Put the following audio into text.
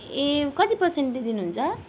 ए कति पर्सेन्टले दिनुहुन्छ